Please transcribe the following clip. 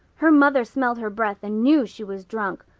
her mother smelled her breath and knew she was drunk.